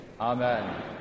Amen